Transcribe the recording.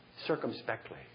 circumspectly